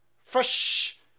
Fresh